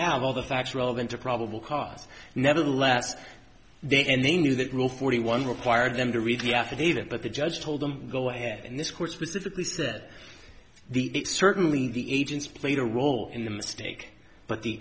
have all the facts relevant to probable cause nevertheless they and they knew that rule forty one required them to read the affidavit but the judge told them go ahead and this court specifically said the certainly the agents played a role in the mistake but the